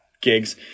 gigs